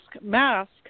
mask